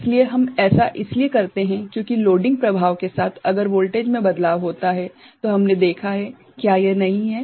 इसलिए हम ऐसा इसलिए करते हैं क्योंकि लोडिंग प्रभाव के साथ अगर वोल्टेज में बदलाव होता है तो हमने देखा है - क्या यह नहीं है